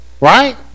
right